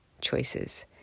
choices